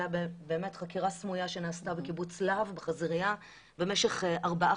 חקירה סמויה שנעשתה בחזירייה בקיבוץ להב במשך ארבעה